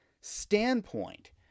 standpoint